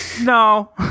No